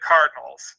Cardinals